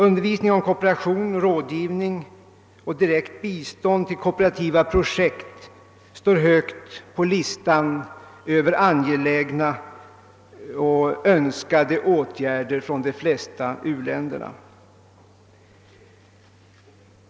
Undervisning om kooperation, rådgivning och direkt bistånd till kooperativa projekt står högt på listan över angelägna och önskade åtgärder i de flesta u-länderna.